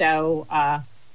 so